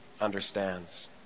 understands